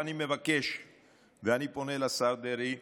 אני מבקש ואני פונה לשר דרעי: